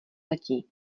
letí